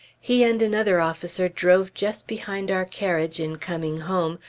he and another officer drove just behind our carriage in coming home,